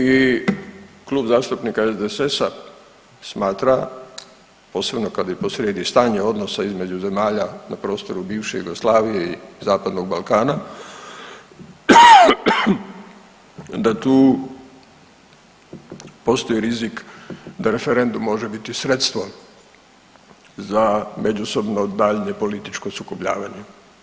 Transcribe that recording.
I Klub zastupnika SDSS-a smatra posebno kad je posrijedi stanje odnosa između zemalja na prostoru bivše Jugoslavije i Zapadnog Balkana da tu postoji rizik da referendum može biti sredstvo za međusobno daljnje političko sukobljavanje.